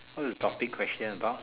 what is the topic question about